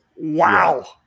Wow